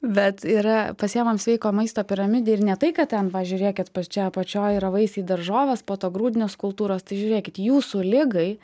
bet yra pasiimam sveiko maisto piramidę ir ne tai kad ten va žiūrėkit čia apačioj yra vaisiai daržovės po to grūdinės kultūros tai žiūrėkit jūsų ligai